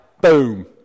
boom